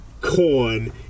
corn